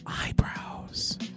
eyebrows